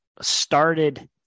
started